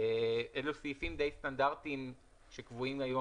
אלה סעיפים די סטנדרטים שקבועים היום